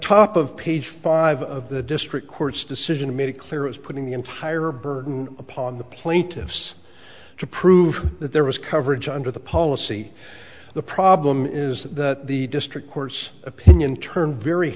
top of page five of the district court's decision made it clear as putting the entire burden upon the plaintiffs to prove that there was coverage under the policy the problem is that the district court's opinion turned very